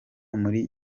muri